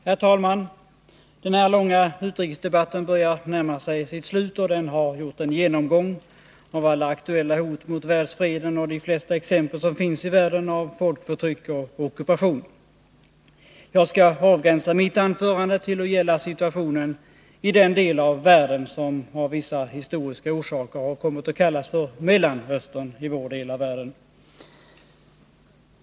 Herr talman! Den här långa utrikesdebatten börjar närma sig sitt slut, och den har gjort en genomgång av alla aktuella hot mot världsfreden och de flesta exempel som finns i världen av folkförtryck och ockupation. Jag skall avgränsa mitt anförande till att gälla situationen i den del av världen som hos oss av vissa historiska orsaker har kommit att kallas för Mellanöstern.